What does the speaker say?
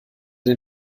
den